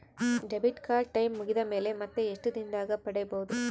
Debit card time ಮುಗಿದ ಮೇಲೆ ಮತ್ತೆ ಎಷ್ಟು ದಿನದಾಗ ಪಡೇಬೋದು?